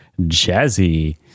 Jazzy